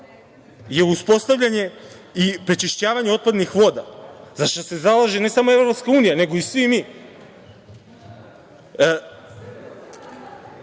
je uspostavljanje i prečišćavanje otpadnih voda zašta se zalaže, ne samo EU, nego i svi mi.Za